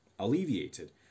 alleviated